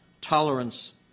tolerance